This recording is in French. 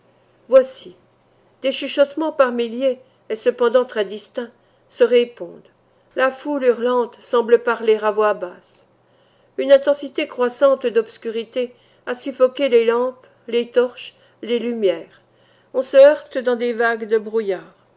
voici des chuchotements par milliers et cependant très distincts se répondent la foule hurlante semble parler à voix basse une intensité croissante d'obscurité a suffoqué les lampes les torches les lumières on se heurte dans des vagues de brouillard